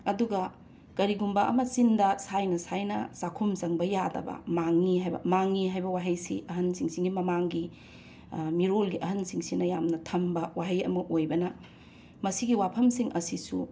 ꯑꯗꯨꯒ ꯀꯔꯤꯒꯨꯝꯕ ꯑꯃ ꯆꯤꯟꯗ ꯁꯥꯏꯅ ꯁꯥꯏꯅ ꯆꯥꯛꯈꯨꯝ ꯆꯪꯕ ꯌꯥꯗꯕ ꯃꯥꯡꯉꯤ ꯍꯥꯏꯕ ꯃꯥꯡꯉꯤ ꯍꯥꯏꯕ ꯋꯥꯍꯩꯁꯤ ꯑꯍꯟꯁꯤꯡꯁꯤꯒꯤ ꯃꯃꯥꯡꯒꯤ ꯃꯤꯔꯣꯜꯒꯤ ꯑꯍꯟꯁꯤꯡꯁꯤꯅ ꯌꯥꯝꯅ ꯊꯝꯕ ꯋꯥꯍꯩ ꯑꯃ ꯑꯣꯏꯕꯅ ꯃꯁꯤꯒꯤ ꯋꯥꯐꯝꯁꯤꯡ ꯑꯁꯤꯁꯨ